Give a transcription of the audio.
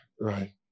right